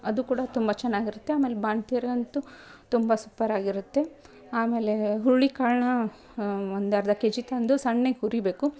ಅದು ಕೂಡ ತುಂಬ ಚೆನ್ನಾಗಿರುತ್ತೆ ಆಮೇಲೆ ಬಾಣ್ತಿಯರ್ಗ್ ಅಂತೂ ತುಂಬ ಸುಪ್ಪರ್ ಆಗಿರುತ್ತೆ ಆಮೇಲೇ ಹುರುಳಿ ಕಾಳನ್ನ ಒಂದು ಅರ್ಧ ಕೆಜಿ ತಂದು ಸಣ್ಣಗೆ ಹುರೀಬೇಕು